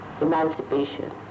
emancipation